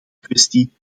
kwestie